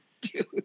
dude